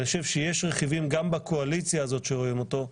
ואני חושב שיש רכיבים בקואליציה הזאת שגם הם רואים אותו,